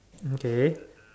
okay